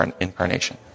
incarnation